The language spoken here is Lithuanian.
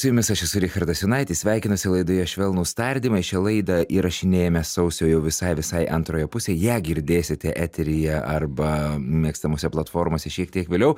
su jumis aš esu richardas jonaitis sveikinuosi laidoje švelnūs tardymai šią laidą įrašinėjame sausio jau visai visai antroje pusėj ją girdėsite eteryje arba mėgstamose platformose šiek tiek vėliau